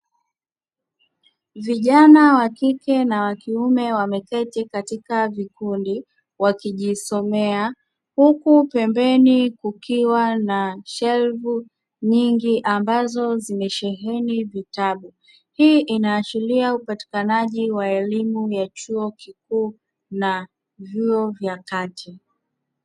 Vijana wa kike na wa kiume wameketi katika vikundi wakijisomea, huku pembeni kukiwa na shelfu nyingi ambazo zimesheheni vitabu. Hii inaashiria upatikanaji wa elimu ya chuo kikuu na vyuo vya kati.